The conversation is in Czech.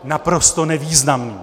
Naprosto nevýznamný!